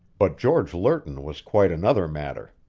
but george lerton was quite another matter.